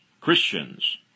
Christians